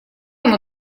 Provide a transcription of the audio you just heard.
ему